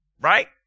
right